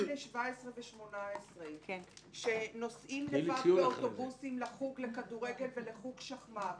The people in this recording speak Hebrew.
ו-18 שנוסעים לבד באוטובוסים לחוג כדורגל ולחוג שחמט,